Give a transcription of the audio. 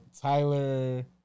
Tyler